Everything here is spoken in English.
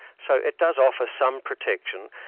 so it does offer some protection.